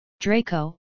Draco